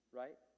right